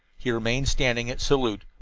he remained standing at salute,